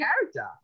character